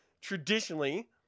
Traditionally